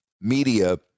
media